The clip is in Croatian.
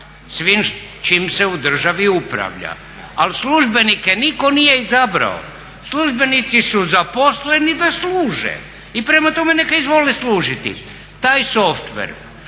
svim čim se u državi upravlja, ali službenike nitko nije izabrao, službenici su zaposleni da služe i prema tome neka izvole služiti. Taj softver